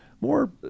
more